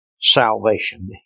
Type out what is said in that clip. salvation